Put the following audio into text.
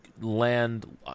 land